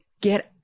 get